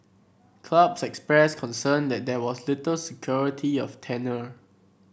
clubs expressed concern that there was little security of tenure